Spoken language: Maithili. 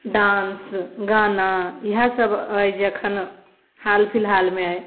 डांस गाना इएहसभ अछि जे एखन हाल फिलहालमे